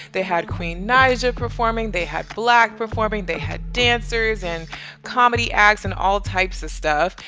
they had queen naija performing. they had black performing. they had dancers and comedy acts and all types of stuff.